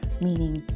meaning